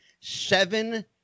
Seven